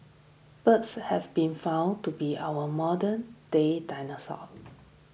birds have been found to be our modern day dinosaurs